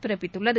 பிறப்பித்துள்ளது